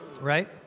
right